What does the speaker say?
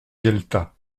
gueltas